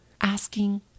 asking